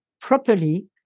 properly